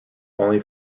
only